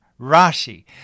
Rashi